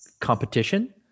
competition